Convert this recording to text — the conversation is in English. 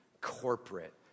corporate